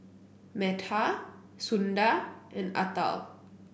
Medha Sundar and Atal